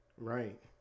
right